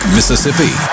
Mississippi